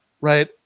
right